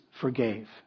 forgave